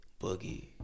Boogie